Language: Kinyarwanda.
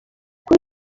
kuri